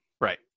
Right